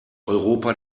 europa